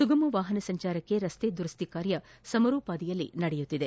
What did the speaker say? ಸುಗಮ ವಾಹನ ಸಂಚಾರಕ್ಕೆ ರಸ್ತೆ ದುರಸ್ವಿ ಕಾರ್ಯ ಸಮರೋಪಾದಿಯಲ್ಲಿ ನಡೆಯುತ್ತಿದೆ